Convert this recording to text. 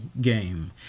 game